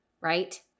right